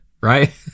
right